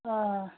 অঁ